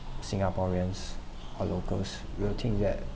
singaporeans or locals will think that